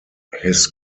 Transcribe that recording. his